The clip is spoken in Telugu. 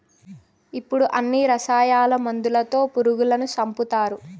ఇప్పుడు అన్ని రసాయన మందులతో పురుగులను సంపుతారు